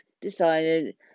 decided